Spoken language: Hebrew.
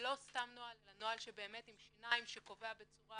ולא סתם נוהל אלא נוהל שבאמת הוא עם שיניים שקובע בצורה